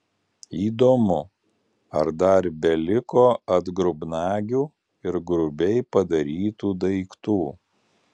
įdomu ar dar beliko atgrubnagių ir grubiai padarytų daiktų